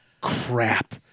crap